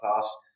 class